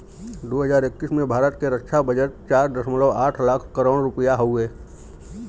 दू हज़ार इक्कीस में भारत के रक्छा बजट चार दशमलव आठ लाख करोड़ रुपिया हउवे